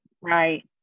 Right